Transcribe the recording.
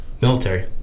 Military